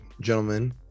gentlemen